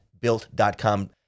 built.com